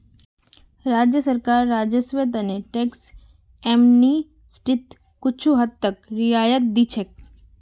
राज्य सरकार राजस्वेर त न टैक्स एमनेस्टीत कुछू हद तक रियायत दी छेक